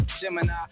Gemini